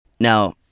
Now